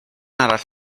arall